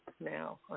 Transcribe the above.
now